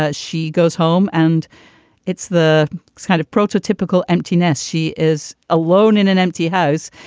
but she goes home and it's the kind of prototypical empty nest she is alone in an empty house.